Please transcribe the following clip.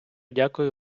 дякую